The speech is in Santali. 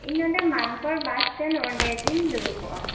ᱤᱧ ᱱᱚᱰᱮ ᱢᱟᱱᱠᱚᱲ ᱵᱟᱥᱴᱮᱱᱰ ᱚᱱᱰᱮᱜᱤᱧ ᱵᱩᱲᱩᱯᱚᱜᱼᱟ